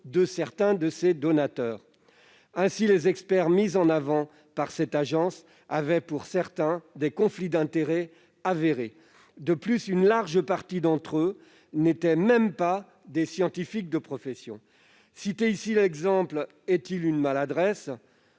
de certains de ses donateurs. Ainsi, les experts mis en avant par cette agence avaient pour certains des conflits d'intérêts avérés. De plus, une large partie d'entre eux n'était même pas des scientifiques de profession. Citer ici cet exemple est-il une maladresse ?